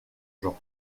jean